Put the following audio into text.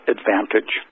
Advantage